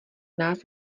nás